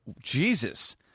jesus